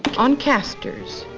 on casters,